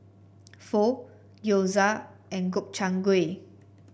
Pho Gyoza and Gobchang Gui